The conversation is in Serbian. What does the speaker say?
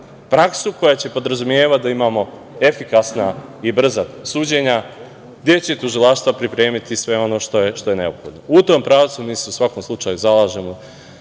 praksu koja će podrazumevati da imamo efikasna i brza suđenja, gde će tužilaštva pripremiti sve ono što je neophodno.U tom pravcu mi se u svakom slučaju zalažemo